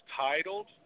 titled